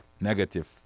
negative